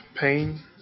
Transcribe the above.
pain